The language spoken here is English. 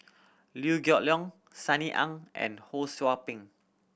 Liew Geok Leong Sunny Ang and Ho Sou Ping